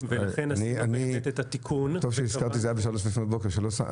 זה היה בשלוש לפנות בוקר.